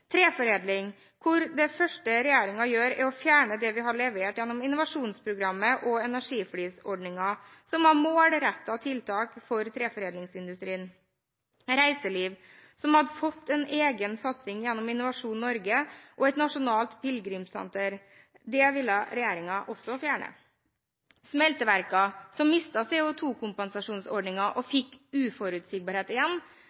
Treforedling: Det første regjeringen gjør, er å fjerne det vi har levert gjennom innovasjonsprogrammet og energiflisordningen, som var målrettede tiltak for treforedlingsindustrien. Når det gjelder reiseliv, som har fått en egen satsing gjennom Innovasjon Norge og Nasjonalt Pilgrimssenter, ville regjeringen også fjerne den. Smelteverkene mistet CO2-kompensasjonsordningen og fikk uforutsigbarhet igjen,